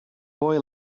boy